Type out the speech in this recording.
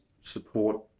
support